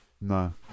No